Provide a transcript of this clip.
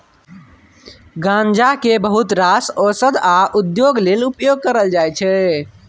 गांजा केँ बहुत रास ओषध आ उद्योग लेल उपयोग कएल जाइत छै